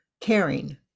caring